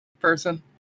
person